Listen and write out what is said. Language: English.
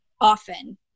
often